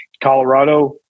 Colorado